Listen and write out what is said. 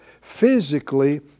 physically